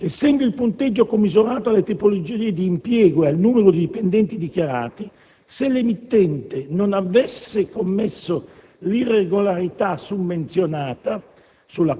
Essendo il punteggio commisurato alle tipologie di impiego e al numero di dipendenti dichiarati, se l'emittente non avesse commesso l'irregolarità summenzionata,